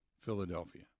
Philadelphia